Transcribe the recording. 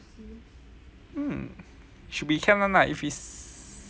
hmm should be can [one] lah if is